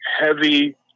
heavy